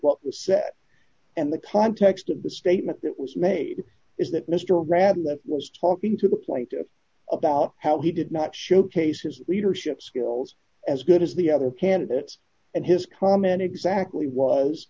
what was said and the context of the statement that was made is that mr ran that was talking to the plight of about how he did not show cases leadership skills as good as the other candidates and his comment exactly was